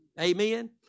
Amen